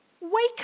Wake